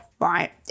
Right